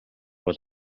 бол